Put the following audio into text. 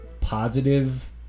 positive